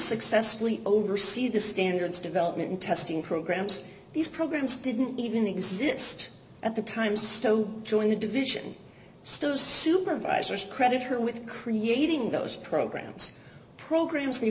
successfully oversee the standards development testing programs these programs didn't even exist at the time so join the division still supervisors credit her with creating those programs programs